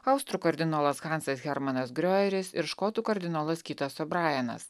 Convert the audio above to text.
austrų kardinolas hansas hermanas griojeris ir škotų kardinolas kitas obrajenas